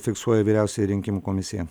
fiksuoja vyriausioji rinkimų komisija